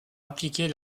appliquer